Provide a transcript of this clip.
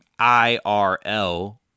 IRL